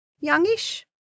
youngish